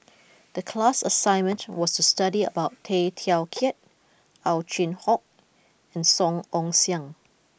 the class assignment was to study about Tay Teow Kiat Ow Chin Hock and Song Ong Siang